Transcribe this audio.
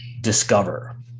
discover